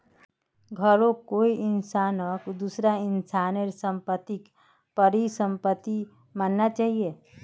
घरौंक कोई इंसानक दूसरा इंसानेर सम्पत्तिक परिसम्पत्ति मानना चाहिये